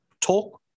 talk